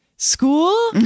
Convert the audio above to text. School